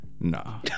nah